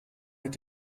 mit